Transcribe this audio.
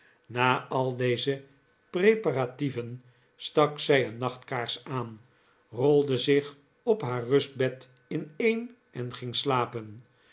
na al deze preparatieven stak zij een nachtkaars aan rolde zich op haar rustbed ineen en ging slapen